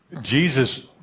Jesus